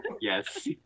Yes